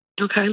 Okay